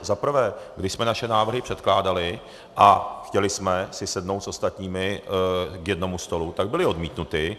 Za prvé, když jsme naše návrhy předkládali a chtěli jsme si sednout s ostatními k jednomu stolu, tak byly odmítnuty.